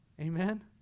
Amen